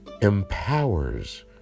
empowers